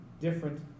different